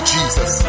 Jesus